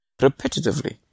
repetitively